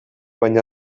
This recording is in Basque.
baino